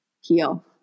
heal